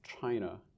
China